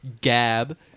Gab